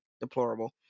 deplorable